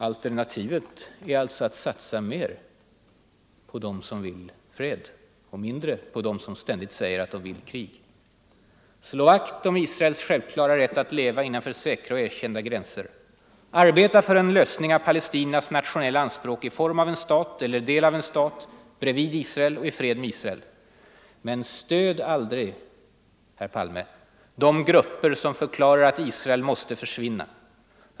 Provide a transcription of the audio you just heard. Alternativet är alltså att satsa mer på dem som vill fred och mindre på dem som ständigt säger att de vill krig. Jag vill därför uppmana statsministern: Slå vakt om Israels självklara rätt att leva innanför säkra och erkända gränser! Arbeta för en lösning av palestiniernas nationella anspråk i form av en stat eller del av en stat bredvid Israel och i fred med Israel. Men stöd aldrig de grupper som förklarar att Israel måste försvinna.